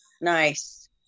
Nice